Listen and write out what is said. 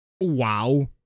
wow